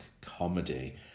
comedy